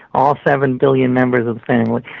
all seven billion members of the family.